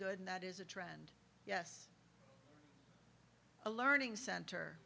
good and that is a trend yes a learning cent